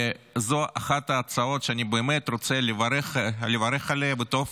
וזו אחת ההצעות שאני באמת רוצה לברך עליה, וטוב